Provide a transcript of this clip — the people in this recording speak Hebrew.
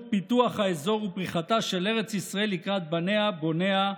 פיתוח האזור ופריחתה של ארץ ישראל לקראת בניה-בוניה,